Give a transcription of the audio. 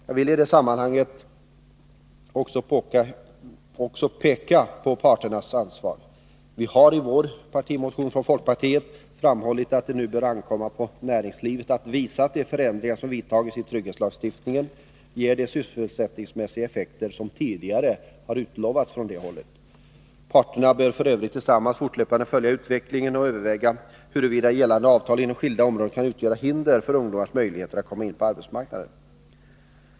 Jag vill i det här sammanhanget slutligen återigen peka på parternas ansvar. Vi har i vår partimotion framhållit att det nu bör ankomma på näringslivet att visa att de förändringar som vidtagits i trygghetslagstiftningen ger de sysselsättningsmässiga effekter som tidigare utlovats. Parterna bör f.ö. tillsammans fortlöpande följa utvecklingen och överväga huruvida gällande avtal inom skilda områden kan utgöra hinder för ungdomen att komma in på arbetsmarknaden.